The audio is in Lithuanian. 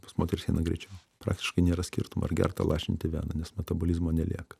pas moteris eina greičiau praktiškai nėra skirtumo ar gert ar lašint į vieną nes metabolizmo nelieka